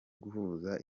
guhuza